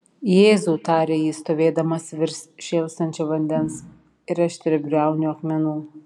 jėzau tarė jis stovėdamas virš šėlstančio vandens ir aštriabriaunių akmenų